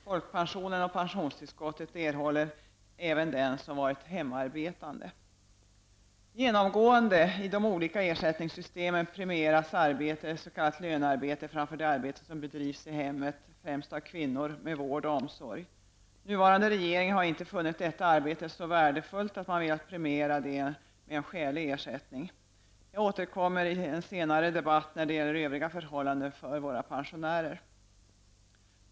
Folkpensionen och pensionstillskottet erhåller även den som varit hemarbetande. Genomgående i de olika ersättningssystemen premieras s.k. lönearbete framför det arbete som bedrivs i hemmet främst av kvinnor med vård och omsorg. Nuvarande regering har inte funnit detta arbete så värdefullt, att man velat premiera det med en skälig ersättning. Jag återkommer i en senare debatt till övriga förhållanden för våra pensionärer.